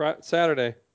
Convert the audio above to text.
Saturday